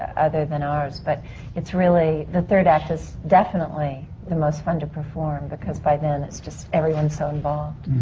other than ours. but it's really. the third act is definitely the most fun to perform. because by then it's just. everyone's so involved.